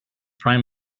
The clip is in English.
prime